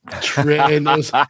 Trainers